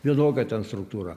vienokia ten struktūra